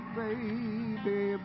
baby